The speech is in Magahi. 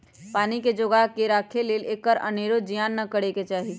पानी के जोगा कऽ राखे लेल एकर अनेरो जियान न करे चाहि